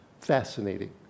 Fascinating